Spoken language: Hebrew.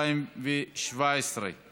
בעד, 20, נגד, אחד, אין נמנעים.